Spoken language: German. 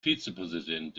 vizepräsident